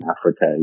Africa